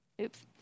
Oops